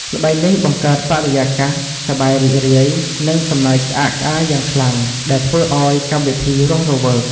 ល្បែងនេះបង្កើតបរិយាកាស សប្បាយរីករាយ និងសំណើចក្អាកក្អាយយ៉ាងខ្លាំង ដែលធ្វើឱ្យកម្មវិធីរស់រវើក។